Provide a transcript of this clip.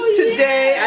today